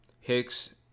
Hicks